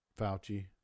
Fauci